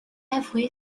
avoué